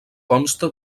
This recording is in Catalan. consta